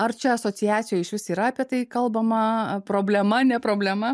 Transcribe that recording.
ar čia asociacijoj išvis yra apie tai kalbama problema ne problema